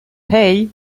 hey